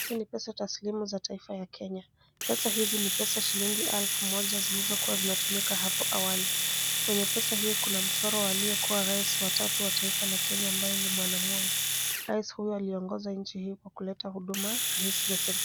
Hizi ni pesa taslimu za taifa ya Kenya. Pesa hizi ni pesa shilingi elfu moja zilizokuwa zinatumika hapo awali. Kwenye pesa hii kuna mchoro wa aliyekuwa rais wa tatu wa taifa la Kenya, ambaye ni bwana Moi. Rais huyo aliongoza nchi hii kwa kuleta huduma rahisi za serikali.